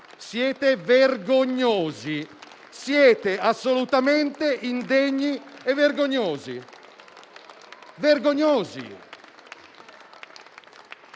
Siete vergognosi. Siete assolutamente indegni e vergognosi.